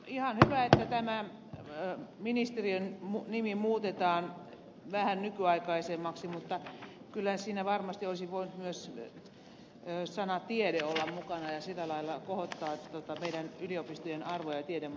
ihan hyvä että ministeriön nimi muutetaan vähän nykyaikaisemmaksi mutta kyllähän siinä varmasti olisi voinut myös sana tiede olla mukana ja sillä lailla se olisi voinut kohottaa yliopistojen ja tiedemaailman arvoa